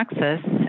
Texas